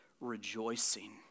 rejoicing